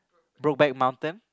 grow back mountain